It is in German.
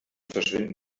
verschwinden